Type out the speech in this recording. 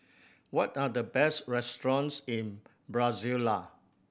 what are the best restaurants in Brasilia